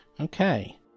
Okay